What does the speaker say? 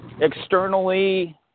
externally